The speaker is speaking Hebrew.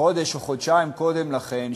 חודש או חודשיים קודם לכן,